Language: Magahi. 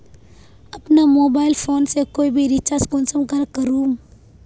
अपना मोबाईल फोन से कोई भी रिचार्ज कुंसम करे करूम?